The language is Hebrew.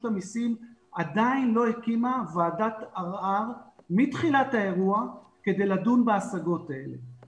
המסים עדיין לא הקימה ועדת ערער מתחילת האירוע כדי לדון בהשגות האלה.